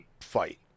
fight